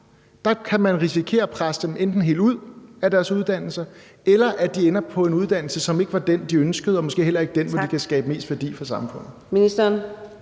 har, kan man risikere enten at presse helt ud af deres uddannelse, eller at de ender på en uddannelse, som ikke var den, de ønskede, og måske heller ikke den, hvor de kan skabe mest værdi for samfundet.